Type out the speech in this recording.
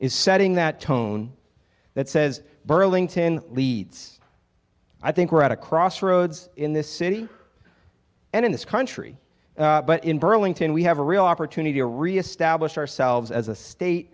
is setting that tone that says burlington leads i think we're at a crossroads in this city and in this country but in burlington we have a real opportunity to reestablish ourselves as a state